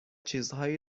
چیزهایی